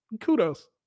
Kudos